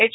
H